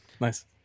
Nice